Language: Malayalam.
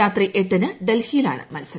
രാത്രി എട്ടിന് ഡൽഹിയിലാണ് മത്സർ